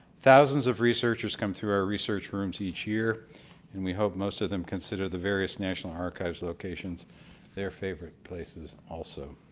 thousands of researchers come through our research rooms each year and we hope most of them consider the various national archives locations their favorite places also.